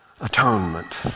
atonement